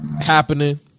happening